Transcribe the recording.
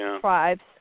tribes